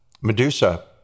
Medusa